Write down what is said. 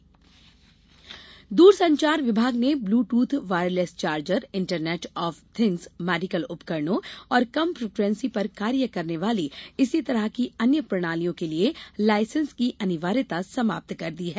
दूरसंचार लाइसेंस दूरसंचार विभाग ने Bluetooth wireless charger internet of things medical उपकरणों और कम फ्रीक्वेंसी पर कार्य करने वाली इसी तरह की अन्य प्रणालियों के लिए लाइसेंस की अनिवार्यता समाप्त कर दी है